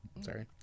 sorry